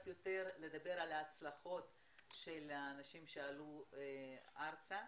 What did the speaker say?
יותר לדבר על ההצלחות של האנשים שעלו ארצה.